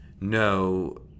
No